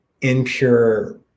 impure